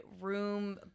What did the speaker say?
room